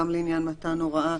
גם לעניין מתן הוראה